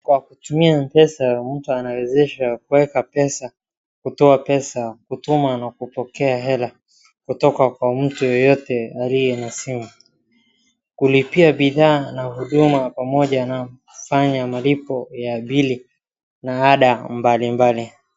Kwa kutumia M-pesa mtu anawezesha kuweka pesa, kutoa pesa, kutuma na kupokea hera, kutoka kwa mtu yeyote aliye na simu. Kulipia bidhaa na huduma pamoja na kufanya malipo ya vile na adaa mbalimbali.